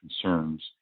concerns